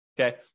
okay